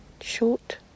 Short